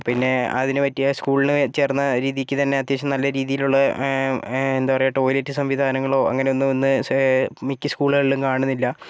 പിന്നെ അതിനുപറ്റിയ സ്കൂളിന് ചേർന്ന രീതിക്ക് തന്നെ അത്യാവശ്യം നല്ല രീതിയിലുള്ള എന്താണ് പറയുക ടോയ്ലറ്റ് സംവിധാനങ്ങളോ അങ്ങനെയൊന്നും ഇന്ന് മിക്ക സ്കൂളുകളിലും കാണുന്നില്ല